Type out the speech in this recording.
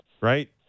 right